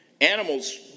Animals